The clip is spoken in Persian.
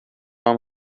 هام